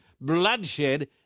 bloodshed